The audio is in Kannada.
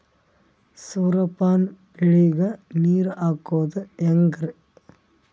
ಸೂರ್ಯಪಾನ ಬೆಳಿಗ ನೀರ್ ಹಾಕೋದ ಹೆಂಗರಿ?